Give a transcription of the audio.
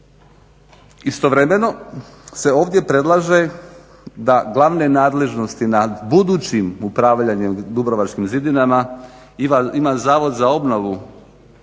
Istovremeno se ovdje predlaže da glavne nadležnosti nad budućim upravljanjem dubrovačkim zidinama ima Zavod za obnovu